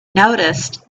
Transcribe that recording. noticed